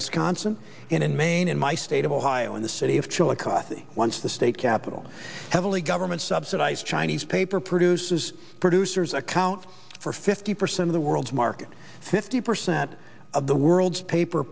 wisconsin in maine in my state of ohio in the city of chillicothe once the state capital heavily government subsidized chinese paper produces producers account for fifty percent of the world's market fifty percent of the world's paper